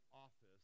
office